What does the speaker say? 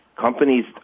companies